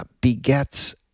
Begets